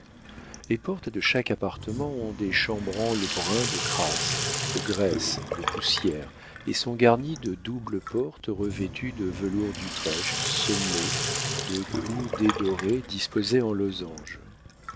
les portes de chaque appartement ont des chambranles bruns de crasse de graisse de poussière et sont garnies de doubles portes revêtues de velours d'utrecht semées de clous dédorés disposés en losanges